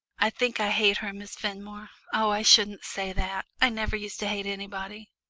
i think i hate her, miss fenmore. oh, i shouldn't say that i never used to hate anybody.